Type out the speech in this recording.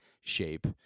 shape